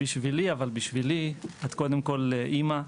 אבל בשבילי את קודם כל אמא.